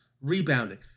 rebounding